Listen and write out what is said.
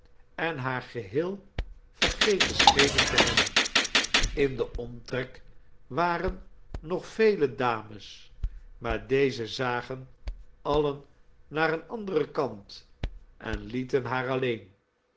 en haar geheel vergeten schenen te hebben in den omtrek waren nog vele dames maar deze zagen alien naar een anderen kant en lieten haar alleen